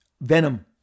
Venom